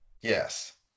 Yes